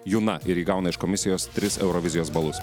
juna ir ji gauna iš komisijos tris eurovizijos balus